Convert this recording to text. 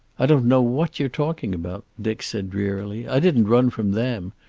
i don't know what you are talking about, dick said drearily. i didn't run from them.